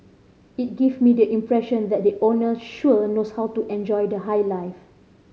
it give me the impression that the owner sure knows how to enjoy the high life